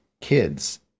kids